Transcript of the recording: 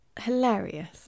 hilarious